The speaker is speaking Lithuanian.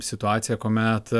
situacija kuomet